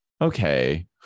Okay